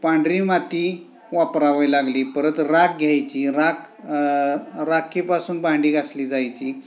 पांढरी माती वापरावी लागली परत राख घ्यायची राख राखेपासून भांडी घासली जायची